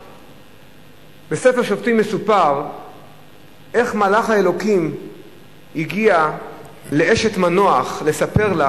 בספר שופטים מסופר איך מלאך האלוקים הגיע לאשת מנוח לספר לה